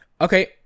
Okay